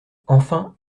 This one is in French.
enfin